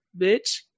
bitch